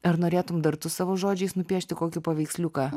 ar norėtum dar tu savo žodžiais nupiešti kokį paveiksliuką